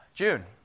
June